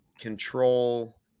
control